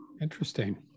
Interesting